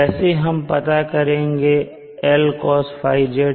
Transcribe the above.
कैसे हम पता करेंगे Lcosθz